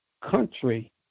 country